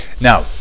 Now